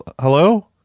hello